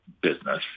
business